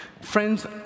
friends